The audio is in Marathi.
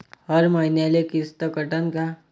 हर मईन्याले किस्त कटन का?